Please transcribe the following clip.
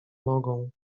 nogą